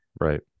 right